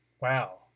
Wow